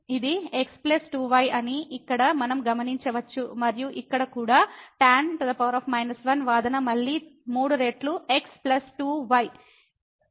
ఇది x 2y అని ఇక్కడ మనం గమనించవచ్చు మరియు ఇక్కడ కూడా tan 1 వాదన మళ్ళీ 3 రెట్లు x ప్లస్ 2 వై